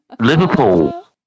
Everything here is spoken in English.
Liverpool